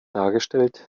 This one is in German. dargestellt